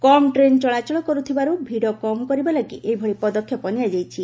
କମ୍ train ଚଳାଚଳ କରୁଥିବାରୁ ଭିଡ଼ କମ୍ କରିବା ଲାଗି ଏଭଳି ପଦକ୍ଷେପ ନିଆଯାଇଛି